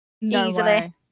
Easily